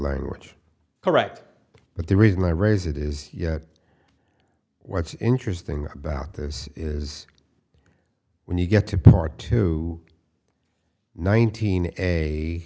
language correct but the reason i raise it is yet what's interesting about this is when you get to part two nineteen a